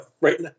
right